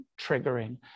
triggering